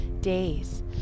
days